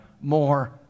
more